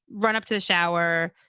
run up to the shower,